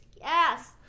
yes